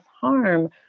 harm